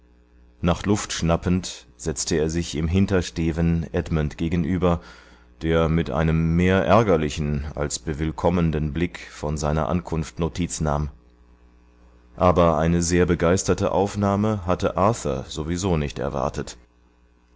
nach luft schnappend setzte er sich im hintersteven edmund gegenüber der mit einem mehr ärgerlichen als bewillkommnenden blick von seiner ankunft notiz nahm aber eine sehr begeisterte aufnahme hatte arthur so wie so nicht erwartet